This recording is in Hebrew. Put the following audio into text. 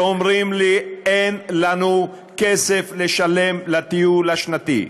שאומרים לי: אין לנו כסף לשלם לטיול השנתי.